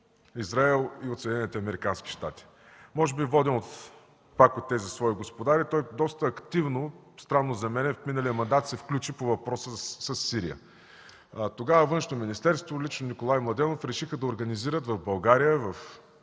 щати. Може би воден пак от тези свои господари, той доста активно, странно за мен, в миналия мандат се включи по въпроса със Сирия. Тогава Външно министерство, лично Николай Младенов решиха да организират в България, в